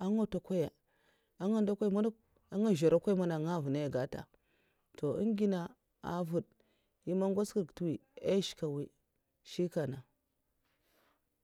an'nga ntakwaya nga zharakwai mana ngan nga avuna ai gata toh eghi na vad nye'man ngwaz kerga nte mwi ai shka mwi'shikena